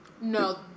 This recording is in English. No